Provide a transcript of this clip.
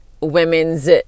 women's